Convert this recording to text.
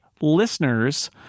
listeners